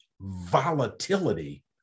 volatility